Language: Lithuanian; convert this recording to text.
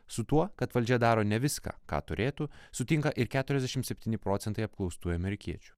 su tuo kad valdžia daro ne viską ką turėtų sutinka ir keturiasdešimt septyni procentai apklaustų amerikiečių